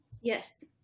Yes